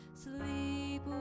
Sleep